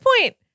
point